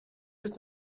jest